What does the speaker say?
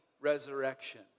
resurrection